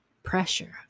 pressure